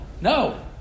no